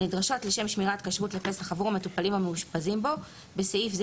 הנדרשות לשם שמירת הכשרות לפסח עבור המטופלים המאושפזים בו (בסעיף זה